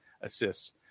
assists